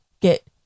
get